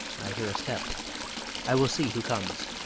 i hear a step i will see who comes.